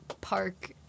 park